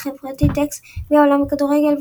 ברשת החברתית אקס גביע העולם בכדורגל,